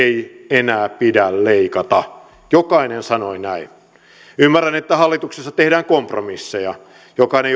ei enää pidä leikata jokainen sanoi näin ymmärrän että hallituksessa tehdään kompromisseja jokainen